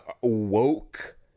woke